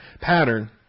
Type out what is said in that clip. pattern